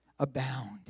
Abound